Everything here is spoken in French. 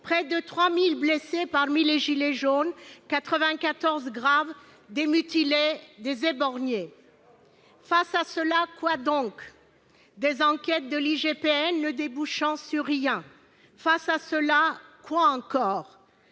Près de 3 000 blessés parmi les « gilets jaunes », 94 gravement, des mutilés, des éborgnés ! Face à cela, quoi donc ? Des enquêtes de l'IGPN ne débouchant sur rien ! Face à cela, quoi encore ?